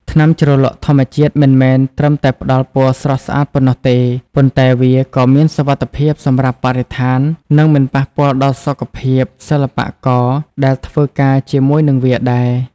ថ្នាំជ្រលក់ធម្មជាតិមិនមែនត្រឹមតែផ្តល់ពណ៌ស្រស់ស្អាតប៉ុណ្ណោះទេ ប៉ុន្តែវាក៏មានសុវត្ថិភាពសម្រាប់បរិស្ថាននិងមិនប៉ះពាល់ដល់សុខភាពសិល្បករដែលធ្វើការជាមួយនឹងវាដែរ។